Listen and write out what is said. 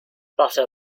butter